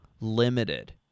limited